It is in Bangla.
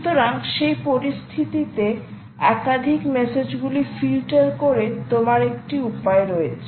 সুতরাং সেই পরিস্থিতিতে একাধিক মেসেজগুলি ফিল্টার করে তোমার একটি উপায় রয়েছে